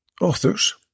Authors